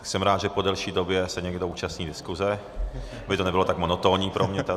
Jsem rád, že po delší době se někdo zúčastní diskuze, aby to nebylo tak monotónní pro mě tady.